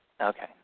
Okay